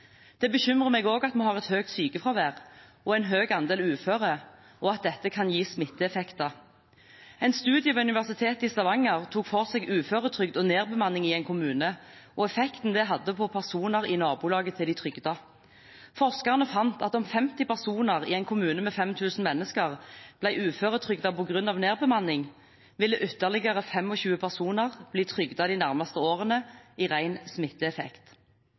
Det bekymrer meg også at vi har et høyt sykefravær og en høy andel uføre, og at dette kan gi smitteeffekter. En studie ved Universitetet i Stavanger tok for seg uføretrygd og nedbemanning i en kommune og effekten det hadde på personer i nabolaget til de trygdede. Forskerne fant at om 50 personer i en kommune med 5 000 mennesker ble uføretrygdet på grunn av nedbemanning, ville ytterligere 25 personer bli trygdet de nærmeste årene i ren smitteeffekt.